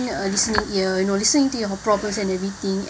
a listening ear you know listening to your problems and everything